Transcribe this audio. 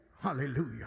Hallelujah